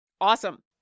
Awesome